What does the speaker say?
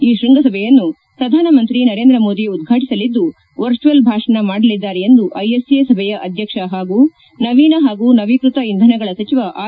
ಈ ಶ್ವಂಗಸಭೆಯನ್ನು ಪ್ರಧಾನಮಂತ್ರಿ ನರೇಂದ್ರ ಮೋದಿ ಉದ್ವಾಟಿಸಲಿದ್ದು ವರ್ಚುವಲ್ ಭಾಷಣ ಮಾಡಲಿದ್ದಾರೆ ಎಂದು ಐಎಸ್ಎ ಸಭೆಯ ಅಧ್ಯಕ್ಷ ಹಾಗೂ ನವೀನ ಹಾಗೂ ನವೀಕೃತ ಇಂಧನಗಳ ಸಚಿವ ಆರ್